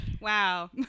wow